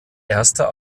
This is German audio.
erster